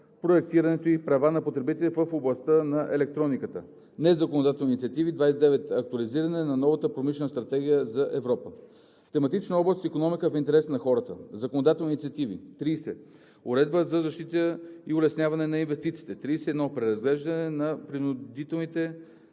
проектирането и права на потребителите в областта на електрониката. Незаконодателни инициативи 29. Актуализиране на новата промишлена стратегия за Европа. В тематична област – Икономика в интерес на хората Законодателни инициативи 30. Уредба за защита и улесняване на инвестициите. 31. Преразглеждане на пруденциалните